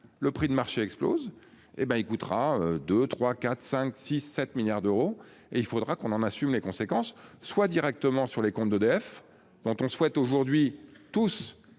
Le prix de marché explose et ben il coûtera 2 3 4 5 6 7 milliards d'euros et il faudra qu'on en assume les conséquences, soit directement sur les comptes d'EDF, dont on souhaite aujourd'hui tous,